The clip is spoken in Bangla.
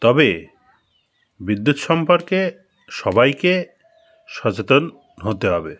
তবে বিদ্যুৎ সম্পর্কে সবাইকে সচেতন হতে হবে